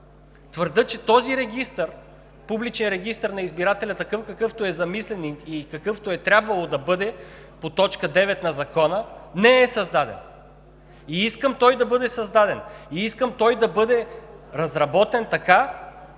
Твърдя, че този публичен регистър на избирателя, какъвто е замислен и какъвто е трябвало да бъде по т. 9 на Закона, не е създаден и искам той да бъде създаден. Искам той да бъде разработен така,